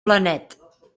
blanet